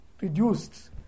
reduced